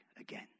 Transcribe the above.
again